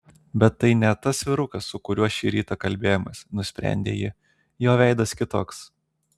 bet tai ne tas vyrukas su kuriuo šį rytą kalbėjomės nusprendė ji jo veidas kitoks